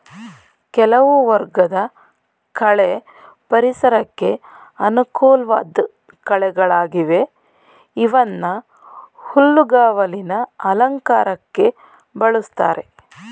ಕೆಲವು ವರ್ಗದ ಕಳೆ ಪರಿಸರಕ್ಕೆ ಅನುಕೂಲ್ವಾಧ್ ಕಳೆಗಳಾಗಿವೆ ಇವನ್ನ ಹುಲ್ಲುಗಾವಲಿನ ಅಲಂಕಾರಕ್ಕೆ ಬಳುಸ್ತಾರೆ